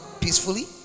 peacefully